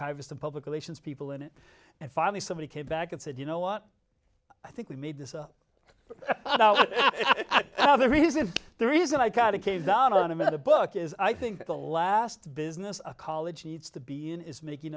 the public relations people in it and finally somebody came back and said you know what i think we made this up but the reason there isn't i kind of came down on him at a book is i think the last business a college needs to be in is making